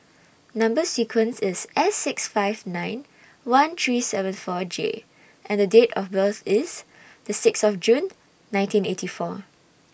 Number sequence IS S six five nine one three seven four J and Date of birth IS The six of June nineteen eighty four